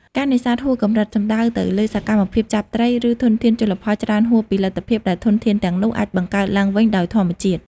ការនេសាទហួសកម្រិតសំដៅទៅលើសកម្មភាពចាប់ត្រី ឬធនធានជលផលច្រើនហួសពីលទ្ធភាពដែលធនធានទាំងនោះអាចបង្កើតឡើងវិញដោយធម្មជាតិ។